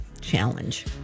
challenge